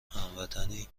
هموطنی